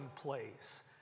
place